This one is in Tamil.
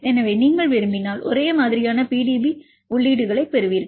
எனவே நீங்கள் விரும்பினால் ஒரே மாதிரியான PDB உள்ளீடுகளைப் பெறுவீர்கள்